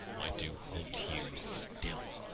i do haunt you still.